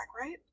right